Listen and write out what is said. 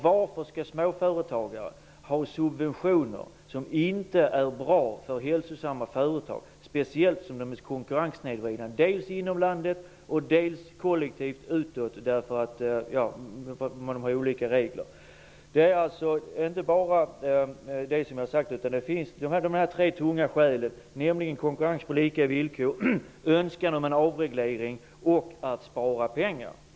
Varför skall småföretagare ha subventioner som inte är bra för hälsosamma företag eftersom de är konkurrenssnedvridande? Det gäller dels inom landet, dels kollektivt utåt. Man har olika regler. Det finns tre tunga skäl: konkurrens på lika villkor, önskan om en avreglering och önskan att spara pengar.